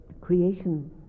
creation